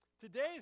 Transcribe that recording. Today's